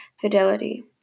fidelity